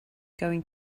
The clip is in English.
going